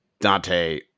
Dante